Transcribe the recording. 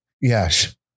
Yes